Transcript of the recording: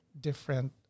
different